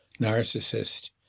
narcissist